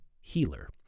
healer